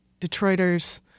Detroiters